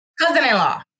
cousin-in-law